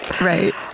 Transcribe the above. Right